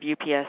UPS